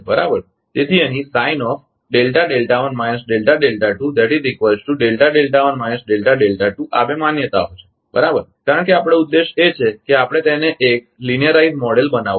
તેથી અહીં આ 2 માન્યતાઓ છે બરાબર કારણ કે આપણો ઉદ્દેશ એ છે કે આપણે તેને એક રેખીય મોડેલલીનરાઇઝ્ડ મોડેલ બનાવવું જોઈએ